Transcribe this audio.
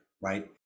right